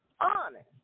honest